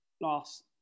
last